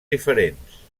diferents